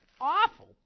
awful